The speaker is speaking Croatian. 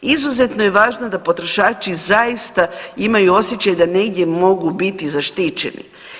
Izuzetno je važno da potrošači zaista imaju osjećaj da negdje mogu biti zaštićeni.